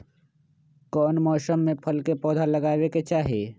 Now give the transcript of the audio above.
कौन मौसम में फल के पौधा लगाबे के चाहि?